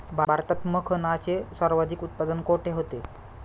भारतात मखनाचे सर्वाधिक उत्पादन कोठे होते?